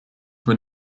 were